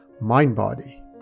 mind-body